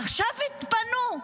עכשיו התפנו.